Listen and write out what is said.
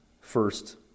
first